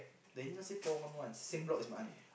Daniel stay four one one same block as my aunt